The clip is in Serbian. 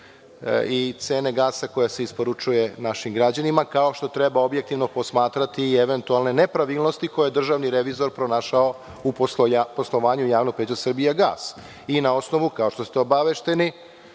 i cene gasa koja se isporučuje našim građanima, kao što treba objektivno posmatrati i eventualne nepravilnosti koje je državni revizor pronašao u poslovanju JP „Srbijagas“. Naravno i na osnovu, kao što ste obavešteni,